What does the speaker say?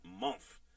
month